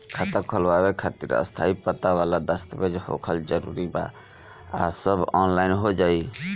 खाता खोलवावे खातिर स्थायी पता वाला दस्तावेज़ होखल जरूरी बा आ सब ऑनलाइन हो जाई?